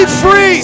free